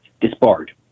disbarred